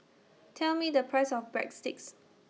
Tell Me The Price of Breadsticks